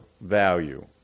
value